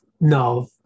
no